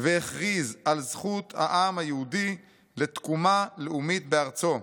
והכריז על זכות העם היהודי לתקומה לאומית בארצו.